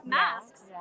masks